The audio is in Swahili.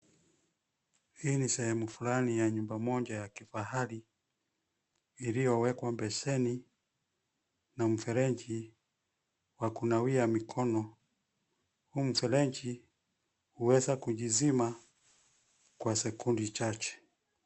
Hii ni sehemu flani ya nyumba moja ya kifahari, iliyowekwa beseni na mfereji wa kunawia mikono. Huu mferenji, huweza kujizima kwa sekundi chache.